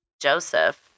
Joseph